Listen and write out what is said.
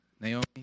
Naomi